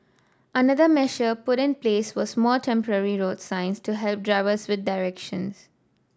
another measure put in place was more temporary road signs to help drivers with directions